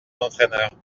d’entraîneur